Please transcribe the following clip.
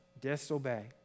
disobey